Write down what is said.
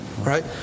right